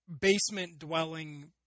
basement-dwelling